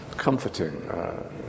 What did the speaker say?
Comforting